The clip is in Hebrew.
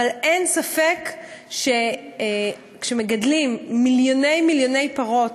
אבל אין ספק שכשמגדלים מיליוני מיליוני פרות,